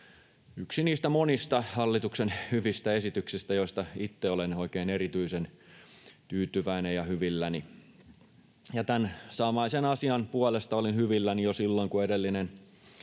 yksi niistä monista hallituksen hyvistä esityksistä, joista itse olen oikein erityisen tyytyväinen ja hyvilläni. Tämän samaisen asian puolesta olin hyvilläni jo silloin, kun edellinen